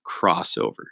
crossover